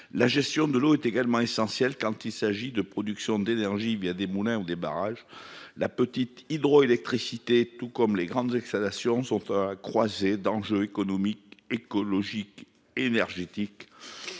La gestion de l'eau est également essentielle quand il s'agit de production d'énergie des moulins ou des barrages. La petite hydroélectricité et les grandes installations sont à la croisée d'enjeux économiques, écologiques, énergétiques,